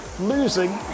losing